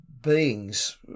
beings